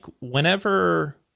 whenever